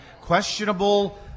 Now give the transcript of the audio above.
questionable